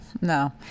No